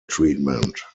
treatment